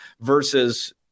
versus